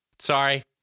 Sorry